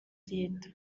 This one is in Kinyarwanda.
leta